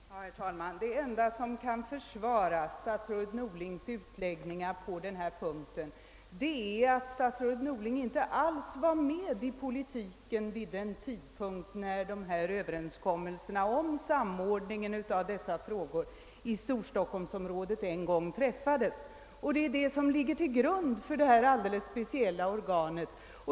Herr talman! Det enda som kan försvara statsrådet Norlings utläggningar på denna punkt är att statsrådet Norling inte alls var med i politiken vid den tidpunkt när överenskommelserna om samordning av dessa frågor i Storstockholmsområdet en gång träffades. Det är dessa överenskommelser som ligger till grund för detta alldeles speciella organ.